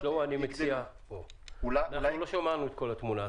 אנחנו לא שמענו את כל התמונה.